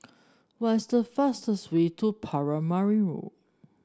what's the fastest way to Paramaribo